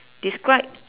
describe